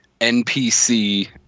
NPC